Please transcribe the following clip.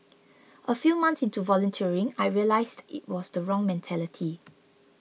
a few months into volunteering I realised it was the wrong mentality